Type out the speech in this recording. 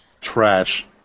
Trash